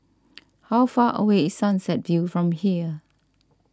how far away is Sunset View from here